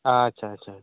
ᱟᱪᱪᱷᱟ ᱟᱪᱷᱟ ᱟᱪᱷᱟ